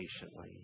patiently